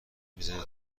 میزنه